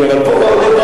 כן, אז פה לא בוס,